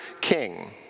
king